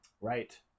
Right